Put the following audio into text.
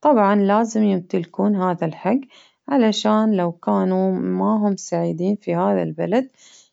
طبعا لازم يمتلكون هذا الحق، علشان لو كانوا ما هم سعيدين في هذا البلد،